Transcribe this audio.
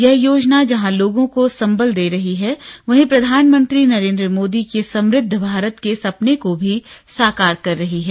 यह योजना जहां लोगों को संबल दे रही है वहीं प्रधानमंत्री नरेंद्र मोदी के समृद्ध भारत के सपने को भी साकार कर रही है